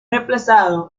reemplazado